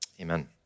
Amen